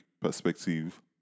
perspective